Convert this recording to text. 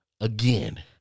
again